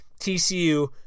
TCU